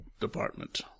department